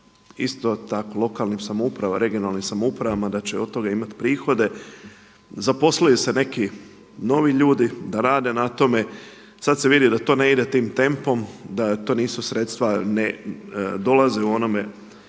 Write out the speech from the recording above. isto tako lokalnim, regionalnim samouprava da će od toga imati prihode, zaposlili su se neki novi ljudi da rade na tome, sad se vidi da to ne ide tim tempom, da to nisu sredstva ne dolaze u onome